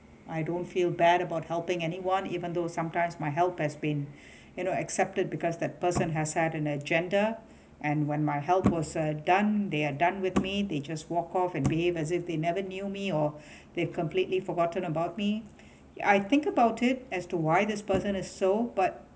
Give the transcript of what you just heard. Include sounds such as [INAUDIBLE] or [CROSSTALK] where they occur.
I don't feel bad about helping anyone even though sometimes my help has been [BREATH] you know accepted because that person has set an agenda and when my help was uh done they are done with me they just walk off and behave as if they never knew me or [BREATH] they completely forgotten about me I think about it as to why this person is so but